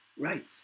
Right